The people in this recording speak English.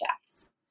deaths